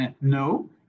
no